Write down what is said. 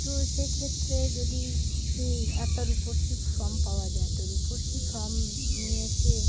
তো সেক্ষেত্রে যদি একটা রূপশ্রীর ফর্ম পাওয়া যায় তো রূপশ্রী ফর্ম নিয়ে এসে